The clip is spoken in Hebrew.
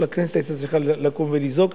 כל הכנסת היתה צריכה לקום ולזעוק,